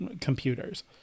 computers